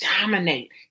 dominate